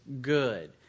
good